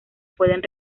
pueden